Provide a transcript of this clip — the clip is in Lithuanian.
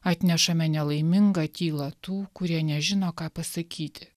atnešame nelaimingą tylą tų kurie nežino ką pasakyti